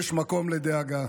יש מקום לדאגה.